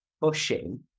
pushing